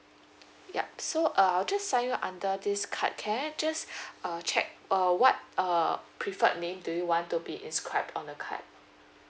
yup so uh I'll just sign you under this card can I just uh check uh what uh preferred name do you want to be inscribed on the card